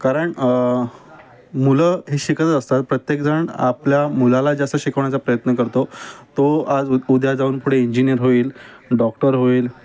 कारण मुलं हे शिकत असतात प्रत्येकजण आपल्या मुलाला जास्त शिकवण्याचा प्रयत्न करतो तो आज उद्या जाऊन पुढे इंजिनीयर होईल डॉक्टर होईल